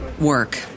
Work